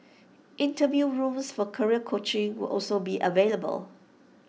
interview rooms for career coaching will also be available